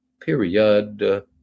Period